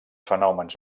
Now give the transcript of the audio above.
fenòmens